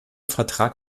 vertrag